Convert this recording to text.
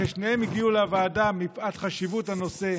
ששניהם הגיעו לוועדה מפאת חשיבות הנושא,